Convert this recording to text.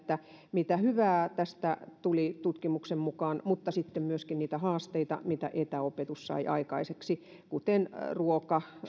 mitä hyvää tästä tuli tutkimuksen mukaan mutta sitten myöskin niistä haasteista mitä etäopetus sai aikaiseksi kuten